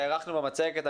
הארכנו במצגת.